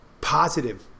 positive